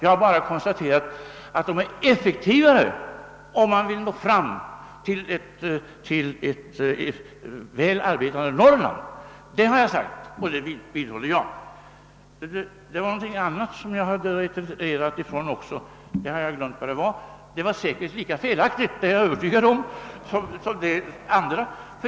Jag har bara konstaterat att de är effektivare om man vill nå fram till ett väl arbetande Norrland. Detta har jag sagt och det vidhåller jag. Sedan var det också något annat som jag hade retirerat från — jag har glömt vad det var men säkert var det lika felaktigt som det andra påståendet.